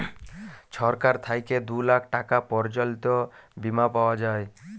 ছরকার থ্যাইকে দু লাখ টাকা পর্যল্ত বীমা পাউয়া যায়